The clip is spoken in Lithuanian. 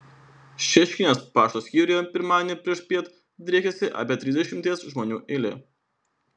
šeškinės pašto skyriuje pirmadienį priešpiet driekėsi apie trisdešimties žmonių eilė